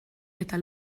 eta